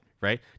right